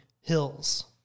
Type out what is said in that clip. Hills